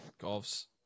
golf's